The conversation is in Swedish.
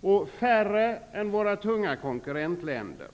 och färre än våra tunga konkurrentländer.